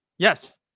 Yes